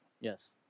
Yes